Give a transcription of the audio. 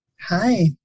Hi